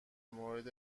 مورد